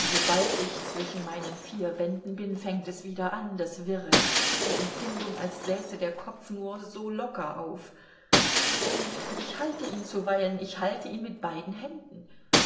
sobald ich zwischen meinen vier wänden bin fängt es wieder an das wirre die empfindung als säße der kopf nur so locker auf und ich halte ihn zuweilen ich halte ihn mit beiden händen